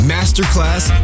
Masterclass